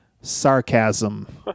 Sarcasm